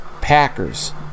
Packers